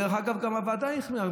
דרך אגב, גם הוועדה החמירה.